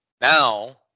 Now